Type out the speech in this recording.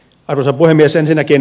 arvoisa puhemies